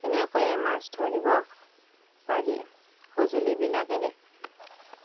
এনেকৈয়ে মাছ ধৰিব পাৰি সঁজুলিবিলাকেৰে